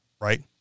right